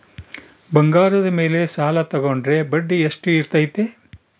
ಬಂಗಾರದ ಮೇಲೆ ಸಾಲ ತೋಗೊಂಡ್ರೆ ಬಡ್ಡಿ ಎಷ್ಟು ಇರ್ತೈತೆ?